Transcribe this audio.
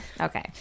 Okay